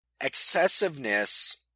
Excessiveness